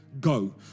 go